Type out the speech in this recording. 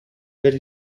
per